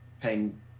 paying